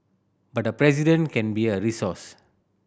but the President can be a resource